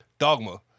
Dogma